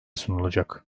sunulacak